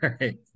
right